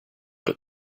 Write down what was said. but